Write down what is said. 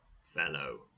fellow